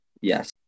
Yes